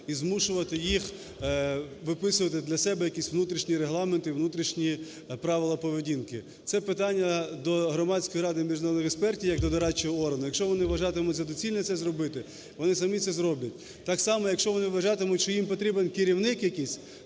і змушувати їх виписувати для себе якийсь внутрішній регламент і внутрішні правила поведінки. Це питання до громадської ради міжнародних експертів як до дорадчого органу, якщо вони вважатимуть за доцільне це зробити, вони самі це зроблять. Так само, якщо вони вважатимуть, що їм потрібен керівник якийсь,